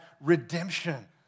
redemption